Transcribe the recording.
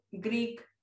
Greek